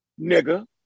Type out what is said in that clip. nigga